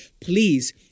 please